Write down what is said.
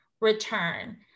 return